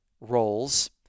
roles